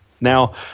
Now